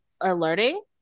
alerting